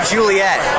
Juliet